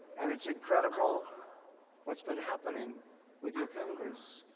and it's incredible what's been happening with your congress.